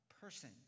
person